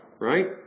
Right